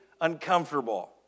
uncomfortable